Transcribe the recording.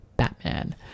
Batman